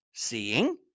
seeing